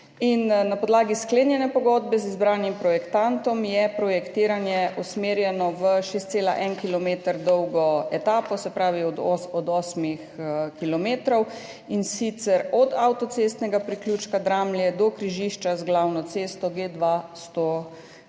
Na podlagi sklenjene pogodbe z izbranim projektantom je projektiranje usmerjeno v 6,1 kilometra dolgo etapo, se pravi od 8 kilometrov, in sicer od avtocestnega priključka Dramlje do križišča z glavno cesto G2-107.